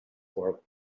work